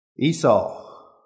Esau